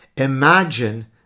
Imagine